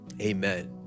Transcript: Amen